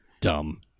Dumb